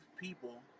people